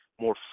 more